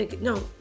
no